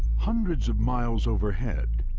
hundreds of miles overhead,